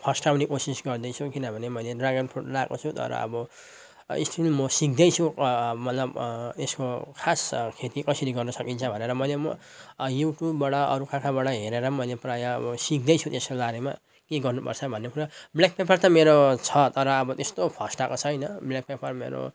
फस्टाउने कोसिस गर्दैछु किनभने मैले ड्र्यागन फ्रुट लाएको छु तर अब स्टिल म सिक्दैछु मतलब यसको खास खेती कसरी गर्न सकिन्छ भनेर मैले म युट्युबबाट अरू कहाँ कहाँबाट हेरेर मैले प्रायः अब सिक्दैछु त्यसको बारेमा के गर्नुपर्छ भन्ने कुरा ब्ल्याक पेपर त मेरो छ तर अब यस्तो फस्टाएको छैन ब्ल्याक पेपर मेरो